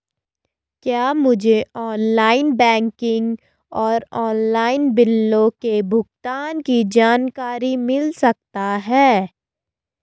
क्या मुझे online banking और ऑनलाइन बिलों के भुगतान की जानकारी मिल सकता है?